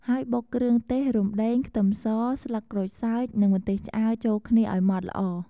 ហើយបុកគ្រឿងទេស រំដេង ខ្ទឹមស ស្លឹកក្រូចសើច និងម្ទេសឆ្អើរ ចូលគ្នាឱ្យម៉ដ្ឋល្អ។